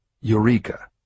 Eureka